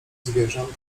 zwierząt